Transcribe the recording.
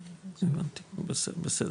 הבנתי, בסדר.